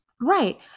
Right